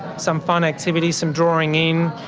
some fun activity, some drawing in,